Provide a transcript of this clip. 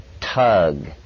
tug